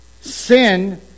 Sin